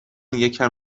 یکم